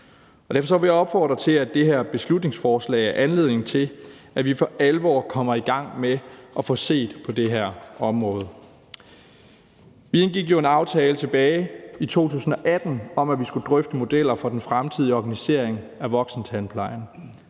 jeg opfordre til, at det her beslutningsforslag er anledning til, at vi for alvor kommer i gang med at få set på det her område. Vi indgik jo en aftale tilbage i 2018 om, at vi skulle drøfte modeller for den fremtidige organisering af voksentandplejen.